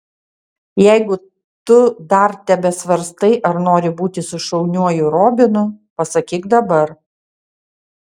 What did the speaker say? jeigu tu dar tebesvarstai ar nori būti su šauniuoju robinu pasakyk dabar